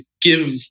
give